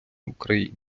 україні